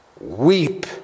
weep